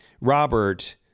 Robert